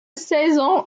saison